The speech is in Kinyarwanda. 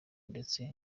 ndetse